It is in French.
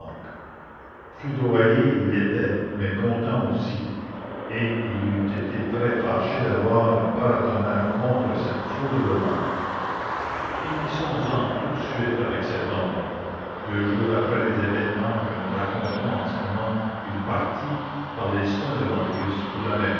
foudroyé il l'était mais content aussi et il eût été très fâché d'avoir un paratonnerre contre cette foudre là finissons-en tout de suite avec cet homme deux jours après les événements que nous racontons en ce moment il partit par les soins de marius pour